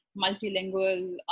multilingual